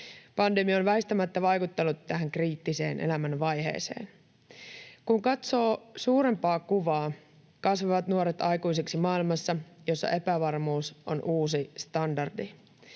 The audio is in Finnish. Pandemia on väistämättä vaikuttanut tähän kriittiseen elämänvaiheeseen. Kun katsoo suurempaa kuvaa, nuoret kasvavat aikuiseksi maailmassa, jossa epävarmuus on uusi standardi.